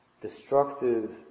destructive